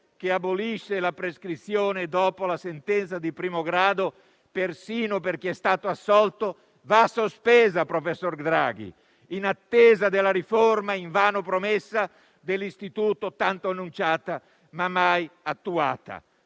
che abolisce la prescrizione dopo la sentenza di primo grado persino per chi è stato assolto, va sospesa, professor Draghi, in attesa della riforma, invano promessa, dell'istituto, tanto annunciata ma mai attuata.